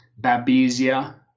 Babesia